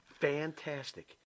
fantastic